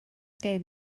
gen